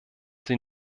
sie